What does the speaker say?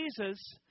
Jesus